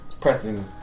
pressing